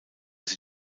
sie